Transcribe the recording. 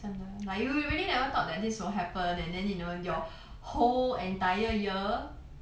hmm 真的 like you would really never thought that this will happen and then you know your whole entire year